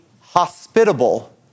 hospitable